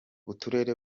uturere